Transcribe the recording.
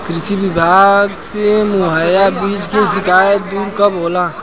कृषि विभाग से मुहैया बीज के शिकायत दुर कब होला?